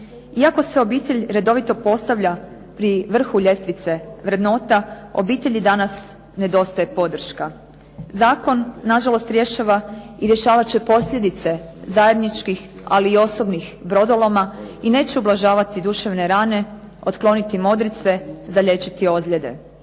Iako se obitelj redovito postavlja pri vrhu ljestvice vrednota obitelji danas nedostaje podrška. Zakon nažalost rješava i rješavat će posljedice zajedničkih ali i osobnih brodoloma i neće ublažavati duševne rane, otkloniti modrice, zaliječiti ozljede